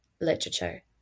literature